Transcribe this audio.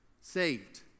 Saved